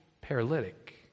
paralytic